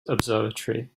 observatory